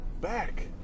back